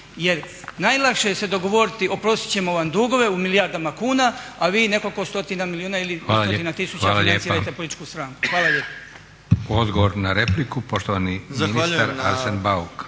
Jer najlakše se dogovoriti oprostit ćemo vam dugove u milijardama kuna a vi nekoliko stotina milijuna ili nekoliko stotina tisuća financirajte političku stranku. Hvala lijepo. **Leko, Josip (SDP)** Hvala lijepa. Odgovor na repliku, poštovani ministar Arsen Bauk.